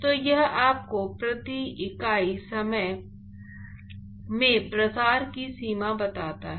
तो यह आपको प्रति इकाई समय में प्रसार की सीमा बताता है